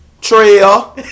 trail